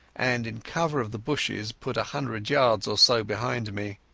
and in cover of the bushes put a hundred yards or so behind me.